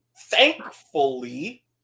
thankfully